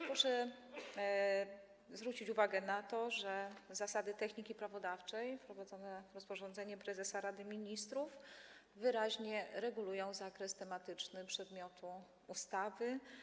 Proszę zwrócić uwagę na to, że zasady techniki prawodawczej wprowadzone rozporządzeniem prezesa Rady Ministrów wyraźnie regulują zakres tematyczny przedmiotu ustawy.